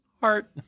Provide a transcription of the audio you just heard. Heart